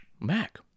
Mac